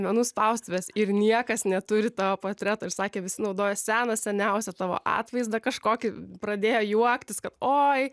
menų spaustuvės ir niekas neturi tavo portreto ir sakė visi naudojo seną seniausią tavo atvaizdą kažkokį pradėjo juoktis kad oi